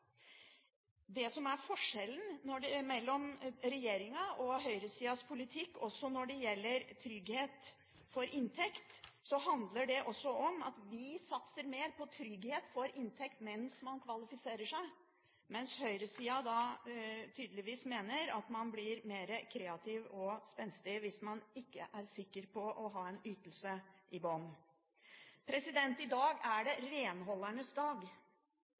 Forskjellen mellom regjeringens og høyresidas politikk, også når det gjelder trygghet for inntekt, handler om at vi satser mer på trygghet for inntekt mens man kvalifiserer seg, mens høyresida tydeligvis mener at man blir mer kreativ og spenstig hvis man ikke er sikker på å ha en ytelse i bunnen. I dag er det renholdernes dag.